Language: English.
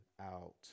out